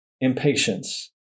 impatience